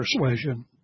persuasion